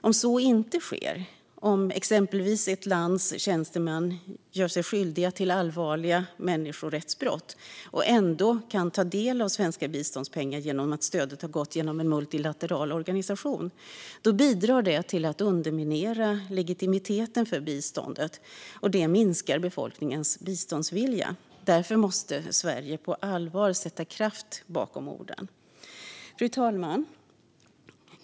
Om så inte sker - om exempelvis ett lands tjänstemän gör sig skyldiga till allvarliga människorättsbrott och ändå kan ta del av svenska biståndspengar genom att stödet gått genom en multilateral organisation - bidrar det till att underminera legitimiteten i biståndet, och det minskar befolkningens biståndsvilja. Därför måste Sverige på allvar sätta kraft bakom orden. Fru talman!